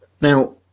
now